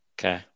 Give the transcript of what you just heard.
Okay